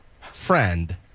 friend